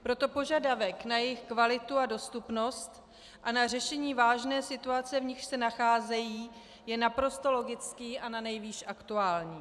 Proto požadavek na jejich kvalitu a dostupnost a na řešení vážné situace, v níž se nacházejí, je naprosto logický a nanejvýš aktuální.